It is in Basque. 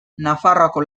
nafarroako